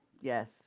yes